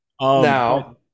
Now